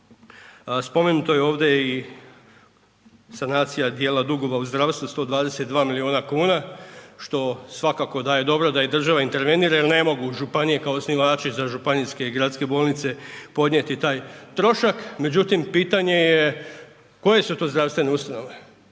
Spomenuto je ovdje i sanacija dijela dugova u zdravstvu 122 milijuna kuna što svakako da je dobro da država intervenira jer ne mogu županije kao osnivači za županijske i gradske bolnice podnijeti taj trošak. Međutim, pitanje koje su zdravstvene ustanove?